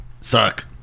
Suck